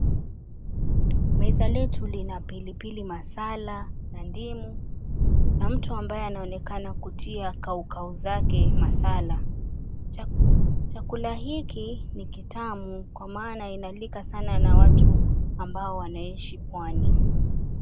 Meza yetu ina pilipili masala na ndimu na mtu ambao anaonekana kutia kaukau zake masala. Chakula hiki ni kitamu kwa maana inatulika sana na watu ambao wanaoishi pwani.